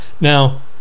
Now